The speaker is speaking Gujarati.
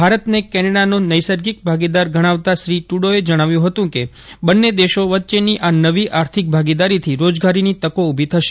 ભારતને કેનેડાનો નૈસર્ગિક ભાગીદાર ગણાવતા શ્રી ટૂરોએ જણાવ્યું હતું કે બંને દેશો વચ્ચેની આ નવી આર્થિક ભાગીદારીથી રોજગારીની તકો ઊભી થશે